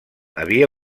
havia